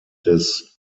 des